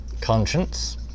conscience